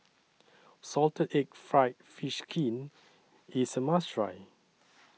Salted Egg Fried Fish Skin IS A must Try